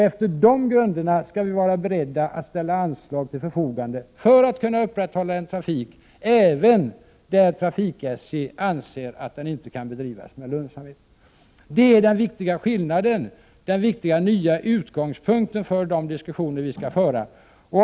Efter de grunderna skall vi vara beredda att ställa anslag till förfogande, för att kunna upprätthålla en trafik även när trafik-SJ anser att den inte kan bedrivas med lönsamhet. Detta är den väsentliga skillnaden och den nya viktiga utgångspunkten för de diskussioner vi skall föra.